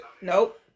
Nope